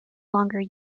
longer